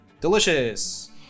Delicious